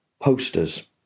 posters